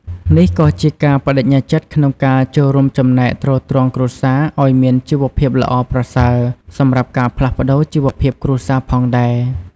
នេះក៏ជាការប្តេជ្ញាចិត្តក្នុងការចូលរួមចំណែកទ្រទ្រង់គ្រួសារឲ្យមានជីវភាពល្អប្រសើរសម្រាប់ការផ្លាស់ប្តូរជីវភាពគ្រួសារផងដែរ។